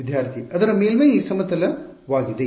ವಿದ್ಯಾರ್ಥಿ ಅದರ ಮೇಲ್ಮೈ ಸಮತಲ ವಾಗಿದೆ